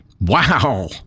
wow